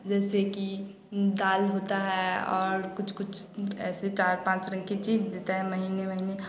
जैसे की दाल होता है और कुछ कुछ ऐसी चार पाँच रंग की चीज़ देतें है महीने महीने में